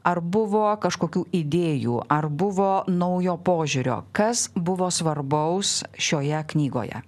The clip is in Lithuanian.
ar buvo kažkokių idėjų ar buvo naujo požiūrio kas buvo svarbaus šioje knygoje